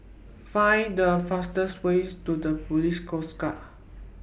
Find The fastest Way to The Police Coast Guard